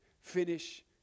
finish